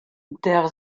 der